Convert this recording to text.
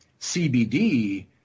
CBD